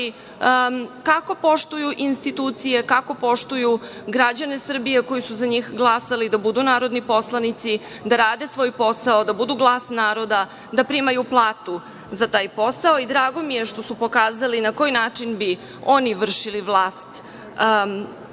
kako poštuju institucije, kako poštuju građane Srbije koji su za njih glasali da budu narodni poslanici, da rade svoj posao, da budu glas naroda, da primaju platu za taj posao. Drago mi je što su pokazali na koji način bi oni vršili vlast